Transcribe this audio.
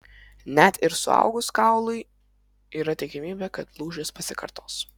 net ir suaugus kaului yra tikimybė kad lūžis pasikartos